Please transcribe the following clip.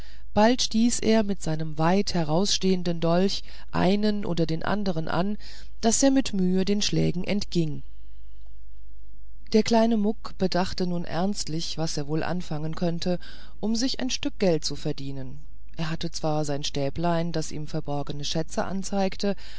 bald stieß er mit seinem weit hinausstehenden dolch einen oder den andern an daß er mit mühe den schlägen entging der kleine muck bedachte nun ernstlich was er wohl anfangen könnte um sich ein stück geld zu verdienen er hatte zwar ein stäblein das ihm verborgene schätze anzeigte